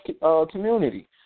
community